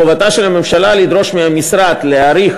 חובתה של הממשלה לדרוש מהמשרד להעריך